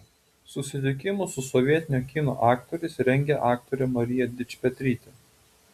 susitikimus su sovietinio kino aktoriais rengė aktorė marija dičpetrytė